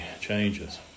changes